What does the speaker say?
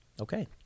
Okay